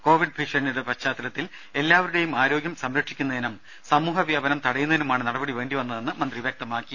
Covid ഭീഷണിയുടെ പശ്ചാത്തലത്തിൽ എല്ലാവരുടെയും ആരോഗ്യം സംരക്ഷിക്കുന്നതിനും സമൂഹ വ്യാപനം തടയുന്നതിനുമാണ് നടപടി വേണ്ടിവന്നതെന്ന് മന്ത്രി വ്യക്തമാക്കി